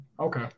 okay